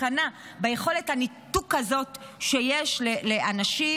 מקנאה ביכולת הניתוק הזאת שיש לאנשים